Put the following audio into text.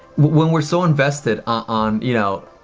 when we're so invested on, you know,